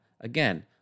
Again